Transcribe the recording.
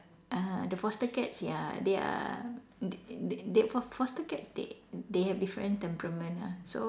uh the foster cats ya they are they they they fo~ foster cats they they have different temperament ah so